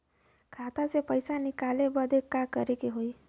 खाता से पैसा निकाले बदे का करे के होई?